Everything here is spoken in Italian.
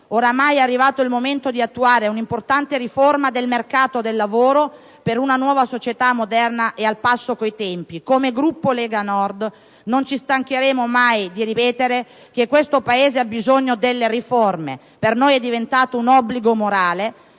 ormai sia arrivato il momento di attuare un'importante riforma del mercato del lavoro per una nuova società, moderna e al passo con i tempi. Come Gruppo Lega Nord, non ci stancheremo mai di ripetere che questo Paese ha bisogno delle riforme. Per noi è diventato un obbligo morale: